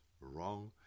wrong